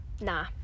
nah